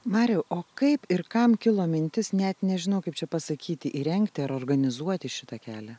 mariau o kaip ir kam kilo mintis net nežinau kaip čia pasakyti įrengti ar organizuoti šitą kelią